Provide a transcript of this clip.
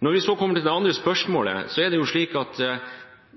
Når vi så kommer til det andre spørsmålet, er det slik at